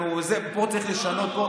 פה צריך לשנות.